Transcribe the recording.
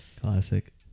classic